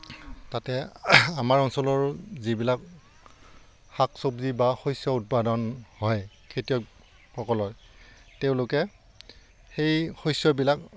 তাতে আমাৰ অঞ্চলৰো যিবিলাক শাক চব্জি বা শস্য উৎপাদন হয় খেতিয়কসকলৰ তেওঁলোকে সেই শস্যবিলাক